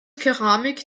keramik